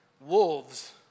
wolves